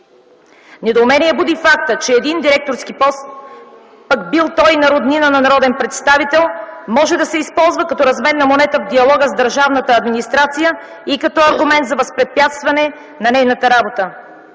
Недоумение буди и фактът, че един директорски пост, пък бил той и на роднина на народен представител, може да се използва като разменна монета в диалога с държавната администрация и като аргумент за възпрепятстване на нейната работа.